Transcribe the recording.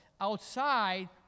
outside